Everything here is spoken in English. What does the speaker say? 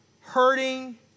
hurting